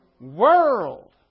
world